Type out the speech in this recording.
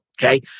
Okay